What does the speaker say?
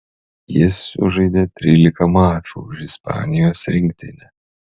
jis sužaidė trylika mačų už ispanijos rinktinę